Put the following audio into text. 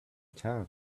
town